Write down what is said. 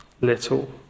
little